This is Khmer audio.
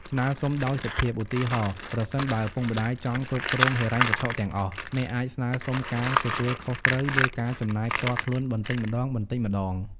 ស្នើសុំដោយសុភាព ឧទាហរណ៍ ប្រសិនបើឪពុកម្ដាយចង់គ្រប់គ្រងហិរញ្ញវត្ថុទាំងអស់ អ្នកអាច ស្នើរសុំការទទួលខុសត្រូវលើការចំណាយផ្ទាល់ខ្លួនបន្តិចម្តងៗ។